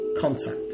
contact